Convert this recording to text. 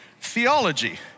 theology